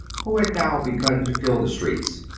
who had now begun to fill the streets,